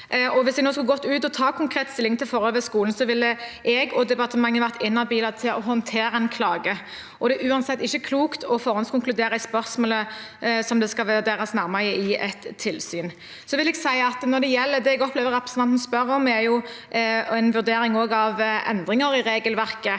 Hvis jeg nå skulle gått ut og tatt konkret stilling til forhold ved skolen, ville jeg og departementet vært inhabil til å håndtere en klage. Det er uansett ikke klokt å forhåndskonkludere i spørsmål som skal vurderes nærmere i et tilsyn. Jeg opplever at det representanten også spør om, er en vurdering av endringer i regelverket.